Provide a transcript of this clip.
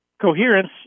coherence